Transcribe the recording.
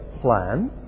plan